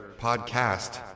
Podcast